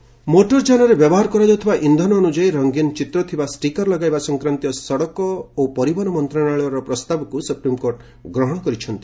SC ଭେକିଲ୍ନ motor ଜାନରେ ବ୍ୟବହାର କରାଯାଉଥିବା ଇନ୍ଧନ ଅନୁଯାୟୀ ରଙ୍ଗିନ୍ ଚିତ୍ରଥିବା ଷ୍ଟିକର୍ ଲଗାଇବା ସଂକ୍ରାନ୍ତୀୟ ସଡ଼କ ଓ ପରିବହନ ମନ୍ତ୍ରଣାଳୟର ପ୍ରସ୍ତାବକୁ ସୁପ୍ରିମ୍କୋର୍ଟ ଗ୍ରହଣ କରିଛନ୍ତି